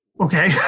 okay